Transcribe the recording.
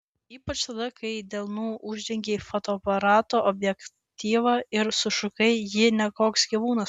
ypač tada kai delnu uždengei fotoaparato objektyvą ir sušukai ji ne koks gyvūnas